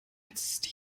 jetzt